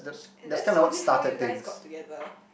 and that's solely how you guys got together